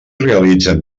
realitzen